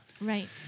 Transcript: Right